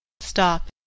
Stop